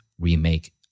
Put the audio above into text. remake